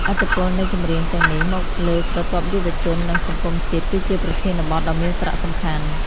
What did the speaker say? ឥទ្ធិពលនៃចម្រៀង ទាំងនេះ មកលើស្រទាប់យុវជន និងសង្គមជាតិ គឺជាប្រធានបទដ៏មានសារៈសំខាន់